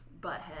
Butthead